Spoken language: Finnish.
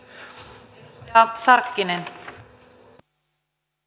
arvoisa puhemies